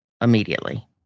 immediately